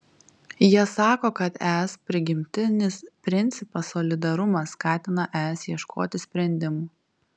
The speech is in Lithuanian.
jie sako kad es prigimtinis principas solidarumas skatina es ieškoti sprendimų